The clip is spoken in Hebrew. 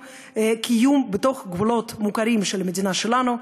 קיום בתוך גבולות מוכרים של המדינה שלנו,